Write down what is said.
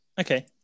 okay